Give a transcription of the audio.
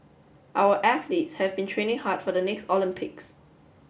our athletes have been training hard for the next Olympics